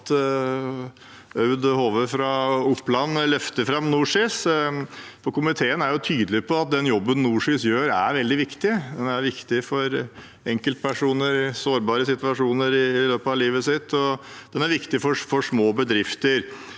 Aud Hove fra Oppland, løfter fram NorSIS. Komiteen er tydelig på at den jobben NorSIS gjør, er vel dig viktig. Den er viktig for enkeltpersoner i sårbare situasjoner i løpet av livet, og den er viktig for små bedrifter.